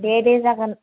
दे दे जागोन